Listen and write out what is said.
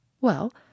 Well